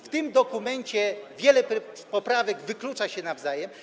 W tym dokumencie wiele poprawek wyklucza się nawzajem.